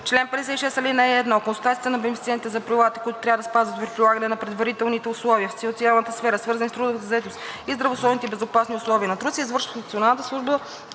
Чл. 56. (1) Консултациите на бенефициентите за правилата, които трябва да спазват при прилагане на предварителните условия в социалната сфера, свързани с трудовата заетост и здравословните и безопасните условия на труд, се извършват от Националната служба